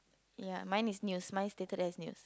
ya mine is news mine stated as news